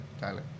Tyler